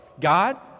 God